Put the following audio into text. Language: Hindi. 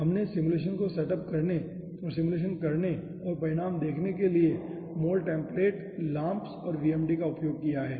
हमने सिमुलेशन को सेटअप करने सिमुलेशन करने और परिणाम देखने के लिए Moltemplate LAMMPS और VMD का उपयोग किया है